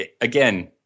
again